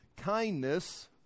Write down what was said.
kindness